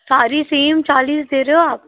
सारी सेम चालीस दे रहे हो आप